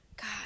God